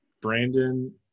Brandon